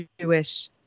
Jewish